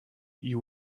you